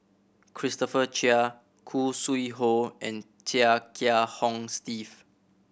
Christopher Chia Khoo Sui Hoe and Chia Kiah Hong Steve